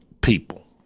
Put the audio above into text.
people